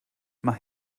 mae